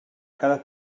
cada